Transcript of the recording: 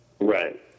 Right